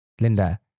Linda